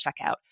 checkout